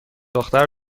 دختر